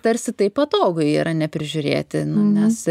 tarsi tai patogu yra neprižiūrėti nes